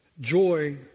Joy